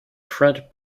front